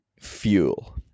fuel